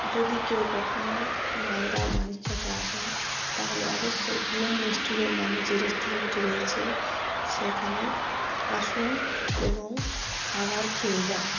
যদি কেউ কখনও মালদার মানিক চকে আসেন তাহলে অবশ্যই প্রিয়ম রেস্টুরেন্ট নামে যে রেস্টুরেন্টটি রয়েছে সেখানে আসুন এবং খাবার খেয়ে যান